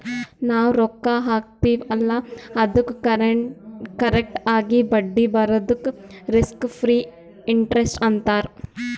ನಾವ್ ರೊಕ್ಕಾ ಹಾಕ್ತಿವ್ ಅಲ್ಲಾ ಅದ್ದುಕ್ ಕರೆಕ್ಟ್ ಆಗಿ ಬಡ್ಡಿ ಬರದುಕ್ ರಿಸ್ಕ್ ಫ್ರೀ ಇಂಟರೆಸ್ಟ್ ಅಂತಾರ್